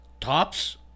tops